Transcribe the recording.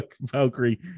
Valkyrie